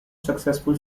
successful